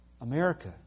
America